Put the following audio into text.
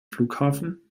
flughafen